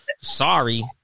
sorry